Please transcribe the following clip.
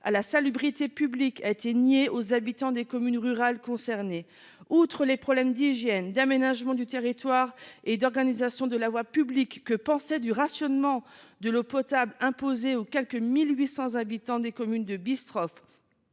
à la salubrité publiques a été nié aux habitants des communes rurales concernées. Outre les problèmes d’hygiène, d’aménagement du territoire et d’organisation de la voie publique, que penser du rationnement de l’eau potable imposé aux quelque 1 800 habitants des communes de Bistroff,